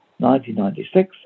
1996